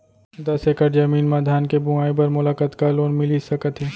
दस एकड़ जमीन मा धान के बुआई बर मोला कतका लोन मिलिस सकत हे?